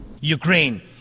Ukraine